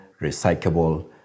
recyclable